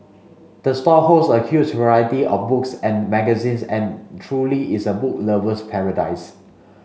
the store holds a huge variety of books and magazines and truly is a book lover's paradise